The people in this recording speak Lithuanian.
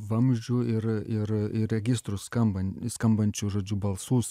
vamzdžių ir ir ir registrų skambant skambančių žodžių balsus